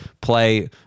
play